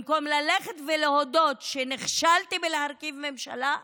במקום ללכת ולהודות שנכשל בלהרכיב ממשלה,